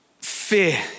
fear